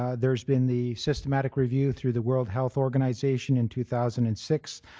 ah there's been the systematic reviews through the world health organization in two thousand and six.